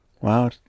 Wow